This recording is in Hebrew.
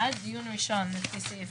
עד תום ביצוע כל הפעולות הדרושות להסרת